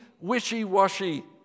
wishy-washy